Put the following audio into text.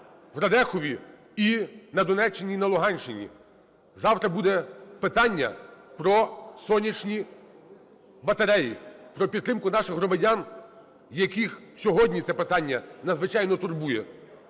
в Радехові, і на Донеччині, і на Луганщині. Завтра буде питання про сонячні батареї, про підтримку наших громадян, яких сьогодні це питання надзвичайно турбує.